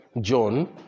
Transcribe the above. John